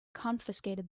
confiscated